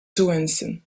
johansson